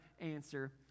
answer